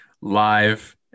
live